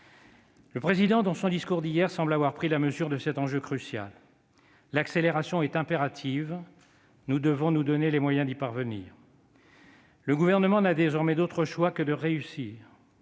République, dans son discours d'hier, a pris la mesure de cet enjeu crucial. L'accélération est impérative, nous devons nous donner les moyens d'y parvenir. Le Gouvernement n'a désormais d'autre choix que de réussir.